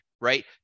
right